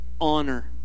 honor